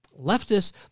Leftists